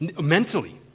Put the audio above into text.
mentally